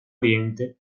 oriente